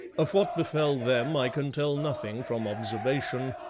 of what befell them i can tell nothing from observation,